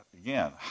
again